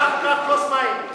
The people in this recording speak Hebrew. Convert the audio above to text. קח כוס מים.